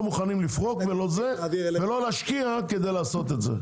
מוכנים לפרוק ולא להשקיע כדי לעשות את זה.